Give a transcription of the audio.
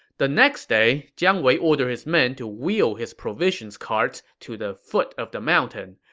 the next day, jiang wei ordered his men to wheel his provision carts to the foot of the mountain.